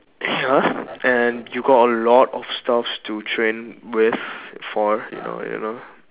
ya and you got a lot of stuff to train with for you know you know